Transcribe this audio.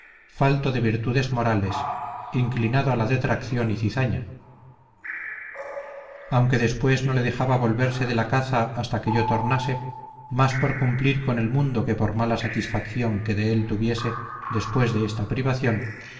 falto de virtudes morales inclinado a la detracción y cizaña aunque después no le dejaba volverse de la caza hasta que yo tornase más por cumplir con el mundo que por mala satisfacción que de él tuviese después de esta privación